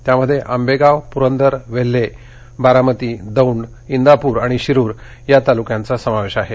त्यात आंबेगाव पुरंदर वेल्हे बारामती दौंड इंदापूर आणि शिरूर या तालुक्यांचा समावेश आहे